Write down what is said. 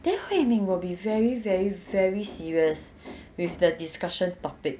then hui min will be very very very serious with the discussion topic